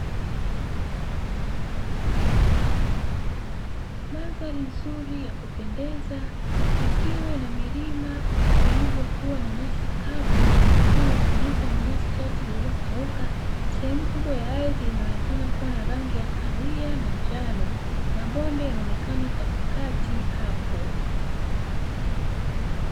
Mandhari nzuri ya kupendeza ikiwa ina milima iliyokuwa na nyasi kavu ikiwa imefunikwa na nyasi chache zilizokauka, sehemu kubwa ya ardhi inaonekana kuwa na rangi ya kahawia na njano, mabonde yanaonekana katikati hapo.